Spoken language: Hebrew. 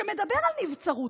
שמדבר על נבצרות.